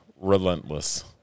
relentless